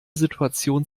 situation